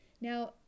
Now